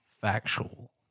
factual